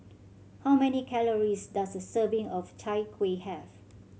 how many calories does a serving of Chai Kuih have